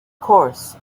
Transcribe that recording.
course